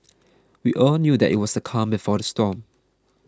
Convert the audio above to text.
we all knew that it was the calm before the storm